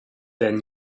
their